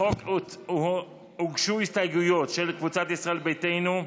לחוק הוגשו הסתייגויות של קבוצת סיעת ישראל ביתנו,